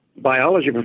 Biology